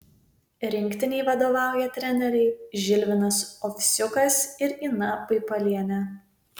rinktinei vadovauja treneriai žilvinas ovsiukas ir ina paipalienė